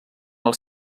els